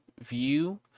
view